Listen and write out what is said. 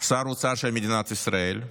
שר האוצר של מדינת ישראל,